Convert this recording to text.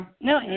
No